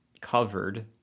covered